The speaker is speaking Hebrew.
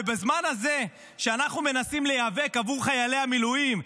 בזמן הזה שאנחנו מנסים להיאבק עבור חיילי המילואים,